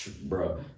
bro